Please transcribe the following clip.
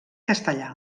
castellà